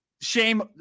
Shame